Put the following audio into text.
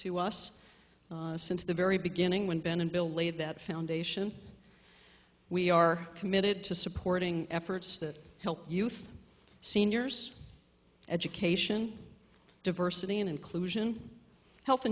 to us since the very beginning when ben and bill lay that foundation we are committed to supporting efforts that help youth seniors education diversity and inclusion health